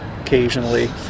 occasionally